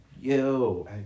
yo